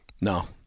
No